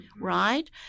right